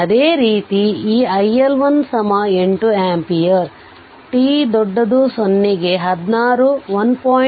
ಅದೇ ರೀತಿ ಈ iL18 ಆಂಪಿಯರ್ t 0 ಗೆ 1